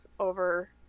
over